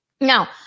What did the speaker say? Now